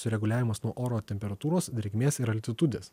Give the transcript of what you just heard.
sureguliavimas nuo oro temperatūros drėgmės ir altitudės